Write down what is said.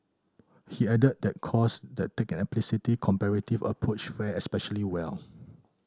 he added that course that take an explicitly comparative approach fare especially well